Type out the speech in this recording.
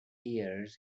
years